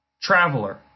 traveler